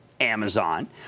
Amazon